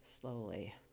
Slowly